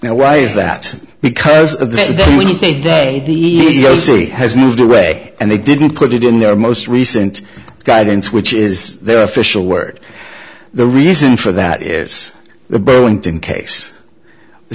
know why is that because of this when you say the ego c has moved away and they didn't put it in their most recent guidance which is their official word the reason for that is the burlington case the